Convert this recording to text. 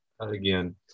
again